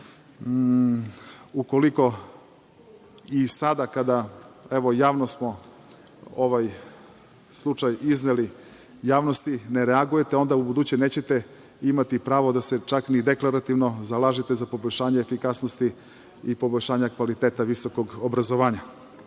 ukoliko i sada kada smo javno ovaj slučaj izneli, ne reagujete, onda ubuduće nećete imati pravo da se čak ni deklarativno zalažete za poboljšanje efikasnosti i poboljšanje kvaliteta visokog obrazovanja. Imajte